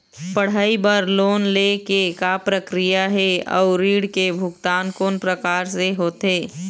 पढ़ई बर लोन ले के का प्रक्रिया हे, अउ ऋण के भुगतान कोन प्रकार से होथे?